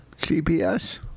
GPS